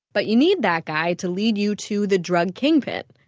but you need that guy to lead you to the drug kingpin,